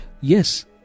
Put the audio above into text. yes